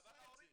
מי עשה את זה?